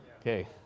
Okay